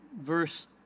verse